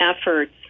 efforts